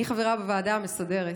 אני חברה בוועדה המסדרת,